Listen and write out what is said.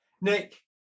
nick